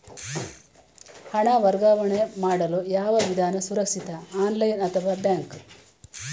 ಹಣ ವರ್ಗಾವಣೆ ಮಾಡಲು ಯಾವ ವಿಧಾನ ಸುರಕ್ಷಿತ ಆನ್ಲೈನ್ ಅಥವಾ ಬ್ಯಾಂಕ್?